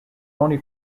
only